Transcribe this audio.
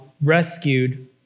rescued